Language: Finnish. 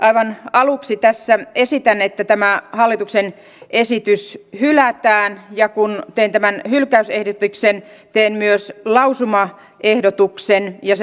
aivan aluksi tässä esitän että tämä hallituksen esitys hylätään ja kun teen tämän hylkäysesityksen teen myös lausumaehdotuksen ja se lausumaehdotus kuuluu